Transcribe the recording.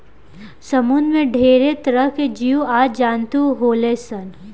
समुंद्र में ढेरे तरह के जीव आ जंतु होले सन